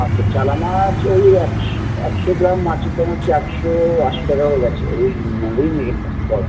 আচ্ছা চারা মাছ ওই একশো একশো গ্রাম মাছের দাম হচ্ছে একশো আশি টাকা কোরে যাচ্ছে রুই রুই মৃগেলটা বড়ো